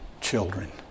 children